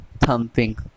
Thumping